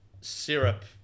syrup